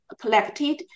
collected